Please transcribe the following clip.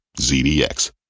ZDX